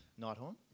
Nighthorn